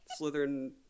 Slytherin